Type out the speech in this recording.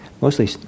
mostly